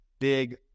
big